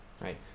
Right